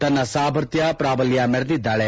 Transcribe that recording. ತನ್ನ ಸಾಮರ್ಥ್ಯ ಪ್ರಾಬಲ್ಯ ಮೆರೆದಿದ್ದಾಳೆ